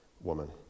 woman